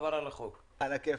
הנושא